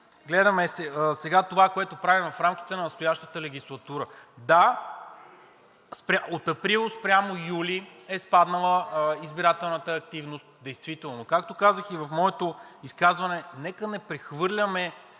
гледаме това, което правим сега в рамките на настоящата легислатура. Да, от април спрямо юли е спаднала избирателната активност действително. Както казах и в моето изказване, нека не прехвърляме